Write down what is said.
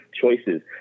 choices